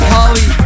Holly